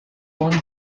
owned